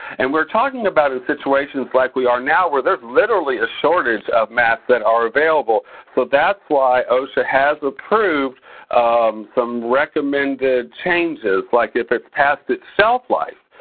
and we're talking about in situations like we are now where there's literally a shortage of masks that are available. so that's why osha has approved um some recommended changes, like if it's past its shelf life.